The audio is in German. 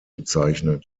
bezeichnet